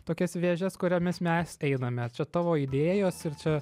tokias vėžes kuriomis mes einame čia tavo idėjos ir čia